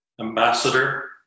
ambassador